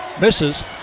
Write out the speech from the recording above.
misses